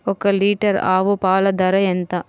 ఒక్క లీటర్ ఆవు పాల ధర ఎంత?